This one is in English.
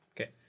Okay